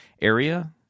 area